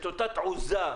את אותה תעוזה,